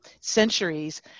centuries